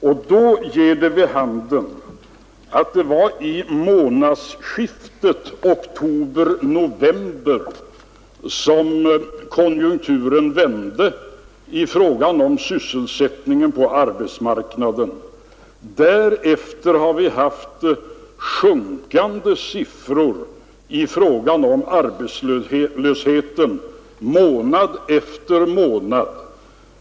Då ger siffrorna vid handen att det var vid månadsskiftet oktober/november som konjunkturen vände i fråga om sysselsättningen på arbetsmarknaden. Därefter har vi haft sjunkande siffror för arbetslösheten månad efter månad.